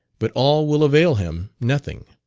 but all will avail him nothing.